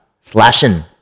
Flashing